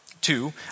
Two